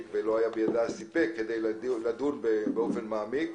ולא היה בידה הסיפק לדון באופן מעמיק,